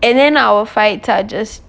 and then I'll fight charges